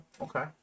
Okay